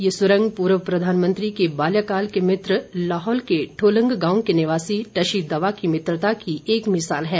ये सुरंग पूर्व प्रधानमंत्री के बाल्यकाल के मित्र लाहौल के ठोलंग गांव के निवासी टशी दावा की मित्रता की एक मिसाल है